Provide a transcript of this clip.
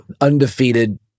undefeated